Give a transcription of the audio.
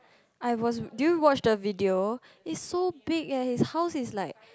I was did you watch the video is so big eh his house is like